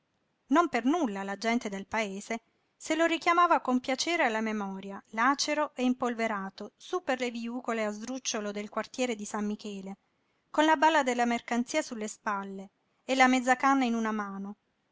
non per nulla la gente del paese se lo richiamava con piacere alla memoria lacero e impolverato su per le viucole a sdrucciolo del quartiere di san michele con la balla della mercanzia sulle spalle e la mezzacanna in una mano